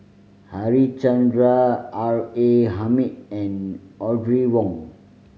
Harichandra R A Hamid and Audrey Wong